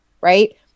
right